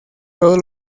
todos